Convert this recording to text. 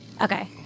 Okay